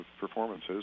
performances